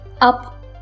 up